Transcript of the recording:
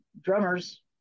drummer's